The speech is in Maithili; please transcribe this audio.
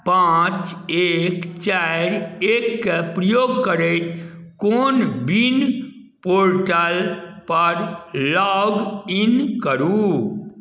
पाँच एक चारि एक के प्रयोग करैत कोविन पोर्टल पर लॉग ईन करू